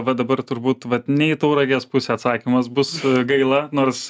va dabar turbūt vat ne į tauragės pusę atsakymas bus gaila nors